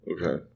Okay